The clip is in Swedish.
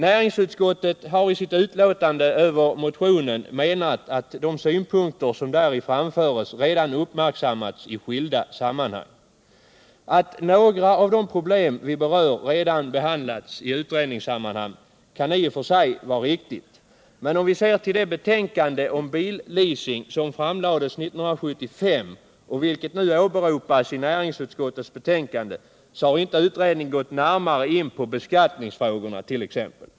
Näringsutskottet har i sitt yttrande över motionen menat att de synpunkter som däri framförs redan har uppmärksammats i skilda sammanhang. Att några av de problem som vi berör redan har behandlats i utredningssammanhang kan i och för sig vara riktigt. Men om vi ser till det betänkande om bil-leasing som framlades 1975 och som nu åberopas i näringsutskottets betänkande, så har inte utredningen gått närmare in på t.ex. beskattningsfrågorna.